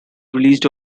released